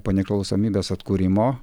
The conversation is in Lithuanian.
po nepriklausomybės atkūrimo